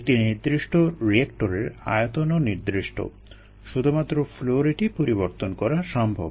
একটি নির্দিষ্ট রিয়েক্টরের আয়তনও নির্দিষ্ট শুধুমাত্র ফ্লো রেটই পরিবর্তন করা সম্ভব